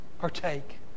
partake